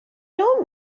know